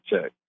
check